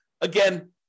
Again